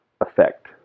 effect